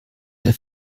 der